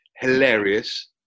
hilarious